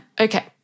Okay